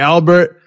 Albert